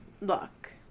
look